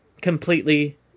completely